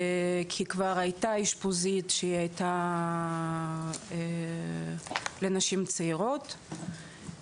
כי כבר הייתה אשפוזית שהיא הייתה לנשים צעירות.